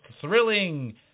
thrilling